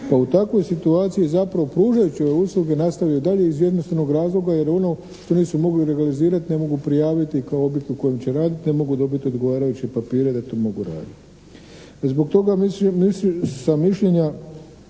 pa u takvoj situaciji zapravo pružajući ove usluge nastavio dalje iz jednostavnog razloga jer ono što nisu mogli legalizirati ne mogu prijaviti kao obrt u kojem će raditi, ne mogu dobiti odgovarajuće papire da to mogu raditi. Zbog toga sam mišljenja